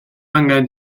angen